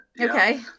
Okay